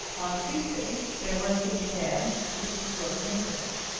on tuesday there was to be a dance for the people of the neighbourhood.